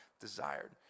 desired